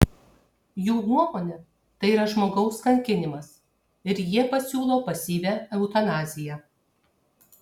jų nuomone tai yra žmogaus kankinimas ir jie pasiūlo pasyvią eutanaziją